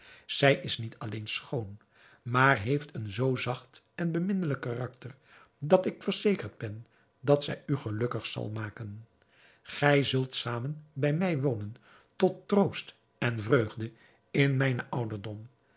zij is niet alleen schoon maar heeft een zoo zacht en beminnelijk karakter dat ik verzekerd ben dat zij u gelukkig zal maken gij zult zamen bij mij wonen tot troost en vreugde in mijnen ouderdom